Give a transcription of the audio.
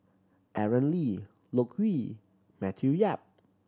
Aaron Lee Loke Yew Matthew Yap